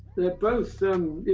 they're both,